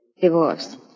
Divorce